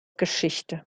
geschichte